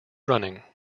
running